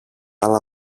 άλλα